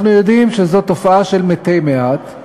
אנחנו יודעים שזאת תופעה של מתי מעט,